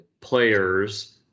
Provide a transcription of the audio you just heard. players